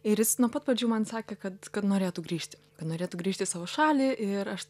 ir jis nuo pat pradžių man sakė kad kad norėtų grįžti kad norėtų grįžti į savo šalį ir aš